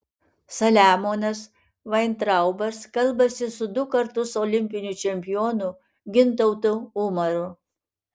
saliamonas vaintraubas kalbasi su du kartus olimpiniu čempionu gintautu umaru